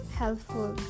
helpful